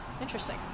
Interesting